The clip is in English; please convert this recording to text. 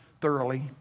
thoroughly